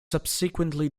subsequently